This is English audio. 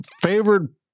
favored